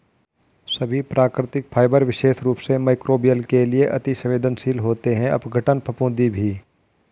सभी प्राकृतिक फाइबर विशेष रूप से मइक्रोबियल के लिए अति सवेंदनशील होते हैं अपघटन, फफूंदी भी